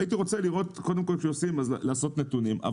והייתי רוצה לראות קודם כל כשעושים אז לאסוף נתונים,